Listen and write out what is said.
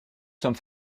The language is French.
sommes